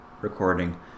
recording